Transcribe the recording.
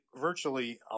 virtually